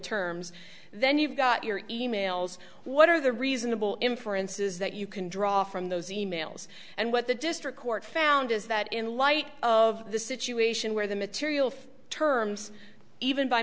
terms then you've got your e mails what are the reasonable inferences that you can draw from those emails and what the district court found is that in light of the situation where the material terms even by